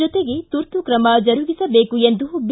ಜೊತೆಗೆ ತುರ್ತು ಕ್ರಮ ಜರುಗಿಸಬೇಕು ಎಂದು ಬಿ